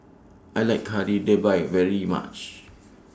I like Kari Debal very much